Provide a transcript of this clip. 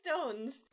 stones